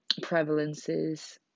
prevalences